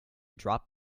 drop